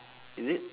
is it